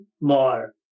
more